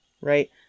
Right